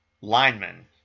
lineman